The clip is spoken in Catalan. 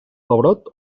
pebrot